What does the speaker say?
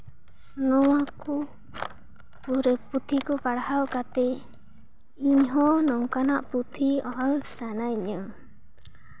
ᱱᱚᱶᱟ ᱠᱚ ᱯᱩᱛᱷᱤ ᱠᱚ ᱯᱟᱲᱦᱟᱣ ᱠᱟᱛᱮᱫ ᱤᱧᱦᱚᱸ ᱱᱚᱝᱠᱟᱱᱟᱜ ᱯᱩᱛᱷᱤ ᱚᱞ ᱥᱟᱱᱟᱧᱟ